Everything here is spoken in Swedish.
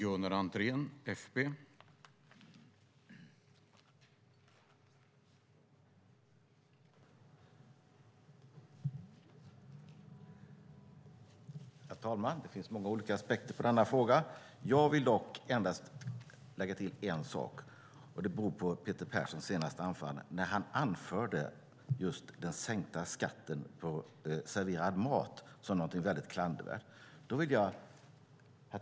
Herr talman! Det finns många olika aspekter på denna fråga. Jag vill tillägga en sak apropå att Peter Persson anförde den sänkta skatten på serverad mat som något väldigt klandervärt. Herr talman!